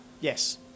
Yes